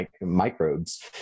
microbes